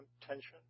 tension